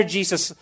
Jesus